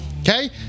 Okay